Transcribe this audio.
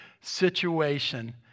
situation